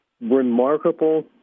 remarkable